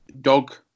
dog